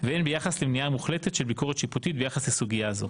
והן ביחס למניעה מוחלטת של ביקורת שיפוטית ביחס לסוגייה הזאת.